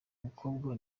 mukobwa